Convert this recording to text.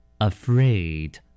Afraid